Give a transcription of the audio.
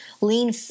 Lean